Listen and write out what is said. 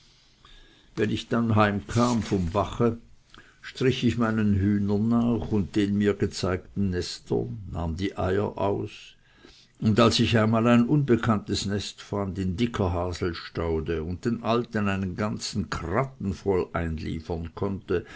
wenn ich dann heimkam vom bache strich ich meinen hühnern nach und den mir gezeigten nestern nahm die eier aus und als ich einmal ein unbekanntes nest fand in dicker haselstaude und den alten einen ganzen kratten voll einliefern konnte